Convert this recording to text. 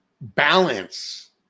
balance